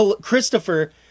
Christopher